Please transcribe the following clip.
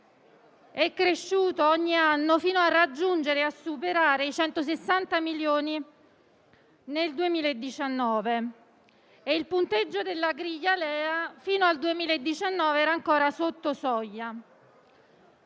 è cresciuto ogni anno fino a raggiungere e a superare i 160 milioni nel 2019 e il punteggio della griglia LEA fino al 2019 era ancora sotto soglia.